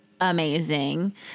amazing